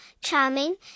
charming